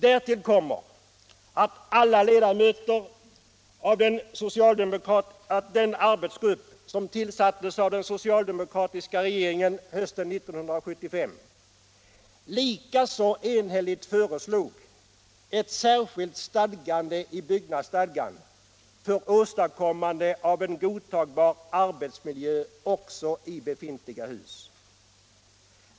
Därtill kommer att den arbetsgrupp som tillsattes av den socialdemokratiska regeringen hösten 1975 föreslog — likaså enhälligt — ett särskilt stadgande i byggnadsstadgan för åstadkommande av en godtagbar arbetsmiljö också i befintliga hus.